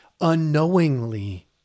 unknowingly